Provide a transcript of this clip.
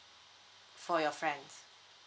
for your friend